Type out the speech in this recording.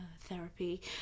therapy